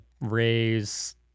raise